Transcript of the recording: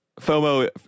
FOMO